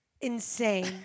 insane